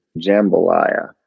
Jambalaya